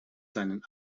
seinen